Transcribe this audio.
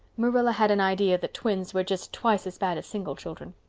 marilla had an idea that twins were just twice as bad as single children.